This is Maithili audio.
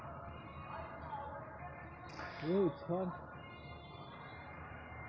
नकदी प्रवाहकेँ कैश फ्लोक मुख्य बिन्दु मानल जाइत छै